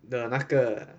the 那个